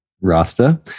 Rasta